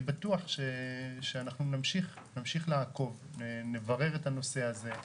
בטוח שאנחנו נמשיך לעקוב ונברר את הנושא הזה,